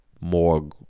more